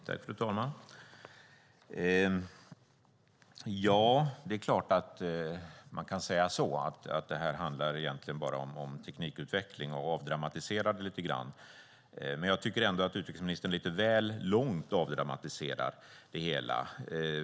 Fru talman! Det är klart att man kan säga att det här egentligen bara handlar om teknikutveckling och på så sätt avdramatisera det lite grann. Men jag tycker ändå att utrikesministern lite väl långt avdramatiserar det hela.